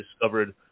discovered